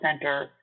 center